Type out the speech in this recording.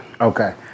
Okay